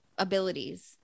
abilities